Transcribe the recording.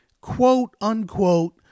quote-unquote